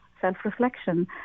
self-reflection